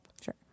Sure